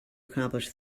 accomplish